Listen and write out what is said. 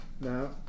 No